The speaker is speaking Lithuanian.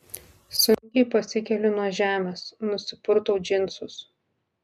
sunkiai pasikeliu nuo žemės nusipurtau džinsus